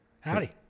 Howdy